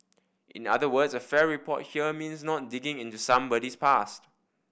in other words a fair report here means not digging into somebody's past